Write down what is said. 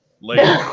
later